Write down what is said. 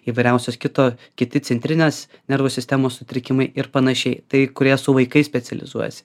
įvairiausias kito kiti centrinės nervų sistemos sutrikimai ir panašiai tai kurie su vaikais specializuojasi